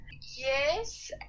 Yes